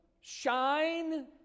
shine